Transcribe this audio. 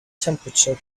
temperature